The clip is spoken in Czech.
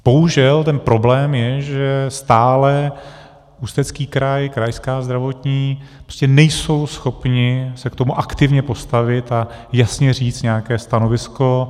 Bohužel problém je, že stále Ústecký kraj, Krajská zdravotní prostě nejsou schopny se k tomu aktivně postavit a jasně říct nějaké stanovisko.